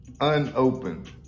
unopened